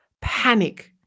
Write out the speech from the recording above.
panic